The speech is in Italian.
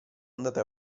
andate